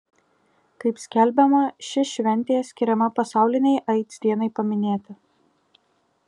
kaip skelbiama ši šventė skiriama pasaulinei aids dienai paminėti